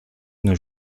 nos